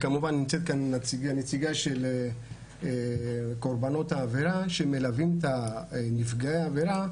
כמובן נמצאת כאן נציגה של קורבנות העבירה שמלווים את נפגעי העבירה